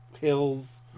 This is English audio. hills